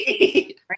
right